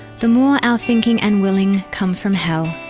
the more our thinking and willing come from hell,